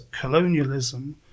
colonialism